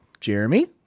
Jeremy